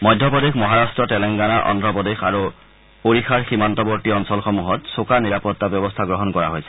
মধ্যপ্ৰদেশ মহাৰাট্ট তেলেংগানা অদ্ধপ্ৰদেশ আৰু ওড়িশাৰ সীমান্তৱৰ্তী অঞ্চলসমূহত চোকা নিৰাপত্তা ব্যৱস্থা গ্ৰহণ কৰা হৈছে